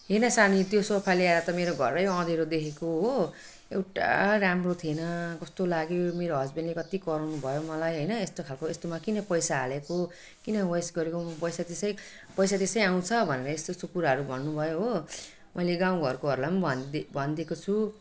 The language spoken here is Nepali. हेर न सानी त्यो सोफा ल्याएर त मेरो घरमै अँध्यारो देखेको हो एउटा राम्रो थिएन कस्तो लाग्यो मेरो हसबेन्डले कति कराउनु भयो मलाई होइन यस्तो खाले यस्तोमा किन पैसा हालेको किन वेस्ट गरेको पैसा त्यसै पैसा त्यसै आउँछ भनेर यस्तो उस्तो कुराहरू भन्नु भयो हो मैले गाउँ घरकोहरूलाई भनिदिए भनिदिएको छु